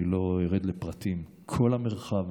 אני לא ארד לפרטים: כל המרחב